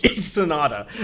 Sonata